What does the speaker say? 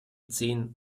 zehn